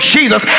Jesus